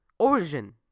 Origin